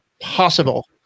possible